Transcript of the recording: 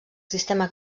sistema